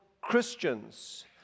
Christians